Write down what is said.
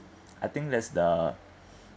I think that's the